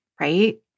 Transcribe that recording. right